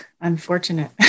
unfortunate